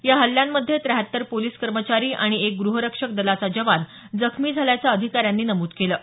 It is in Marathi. या हल्ल्यांमध्ये त्र्याहत्तर पोलिस कर्मचारी आणि एक गृहरक्षक दलाचा जवान जखमी झाल्याचं अधिकाऱ्यांनी नमूद केलं आहे